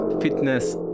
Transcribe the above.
fitness